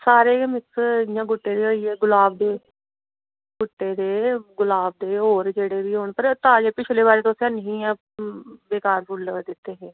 सारे गै मिक्स इ'यां गुट्टे दे होई गे गुलाब दे गुट्टे दे गुलाब दे होर जेह्ड़े बी न पर ताजे पिछले बारी तुसें हैनी हे इ'यां बेकार फुल्ल दित्ते हे